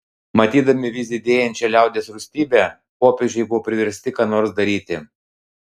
matydami vis didėjančią liaudies rūstybę popiežiai buvo priversti ką nors daryti